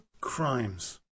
crimes